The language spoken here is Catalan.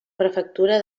prefectura